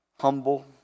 humble